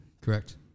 Correct